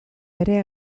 ere